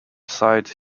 side